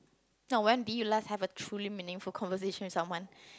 now when did you like have a truly meaningful conversation with someone